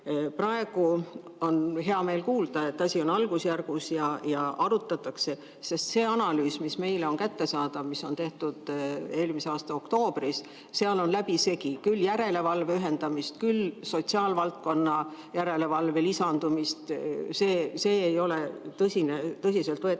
Praegu on hea meel kuulda, et asi on algusjärgus ja arutatakse, sest see analüüs, mis on meile kättesaadav, mis on tehtud eelmise aasta oktoobris, seal on läbisegi küll järelevalve ühendamist, küll sotsiaalvaldkonna järelevalve lisandumist. See ei ole tõsiselt võetav